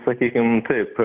sakykim taip